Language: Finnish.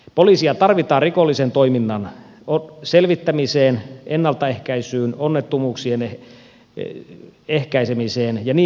poliisia tarvitaan rikollisen toiminnan selvittämiseen ennaltaehkäisyyn onnettomuuksien ehkäisemiseen ja niin edelleen